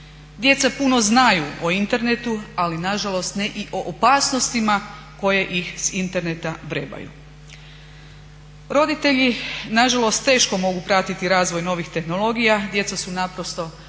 Djeca puno znaju o internetu ali nažalost ne i o opasnostima koje ih sa interneta vrebaju. Roditelji nažalost teško mogu pratiti razvoj novih tehnologija, djeca su naprosto